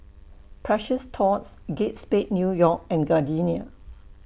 Precious Thots Kate Spade New York and Gardenia